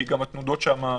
כי גם התנודות שם,